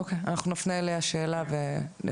אוקיי, אנחנו נפנה אליה שאלה נבקש